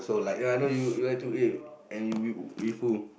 ya I know you you have to eat and and with who